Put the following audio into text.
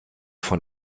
von